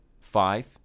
Five